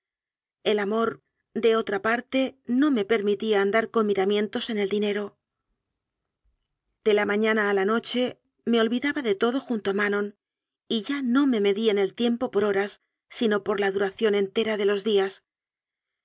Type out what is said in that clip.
el amor de otra parte no me permitía andar con miramientos en el dinero de la mañana a la noche me olvidaba de todo junto a manon y ya no me medían el tiempo por horas sino por la duración entera de los días